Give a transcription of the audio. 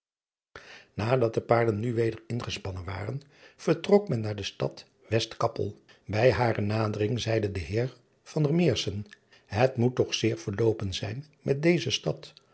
adat de paarden nu weder ingespannen waren vertrok men naar de stad estkappel ij hare nadering zeide de eer et moet toch zeer verloopen zijn met deze stad